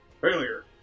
Failure